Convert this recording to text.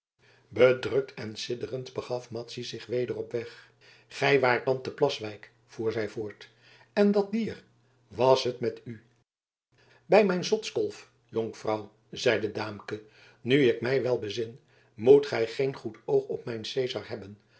bedrukt en sidderend begaf madzy zich weder op weg gij waart dan te plaswijk voer zij voort en dat dier was het met u bij mijn zotskolf jonkvrouw zeide daamke nu ik mij wel bezin moet gij geen goed oog op mijn cezar hebben